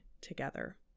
together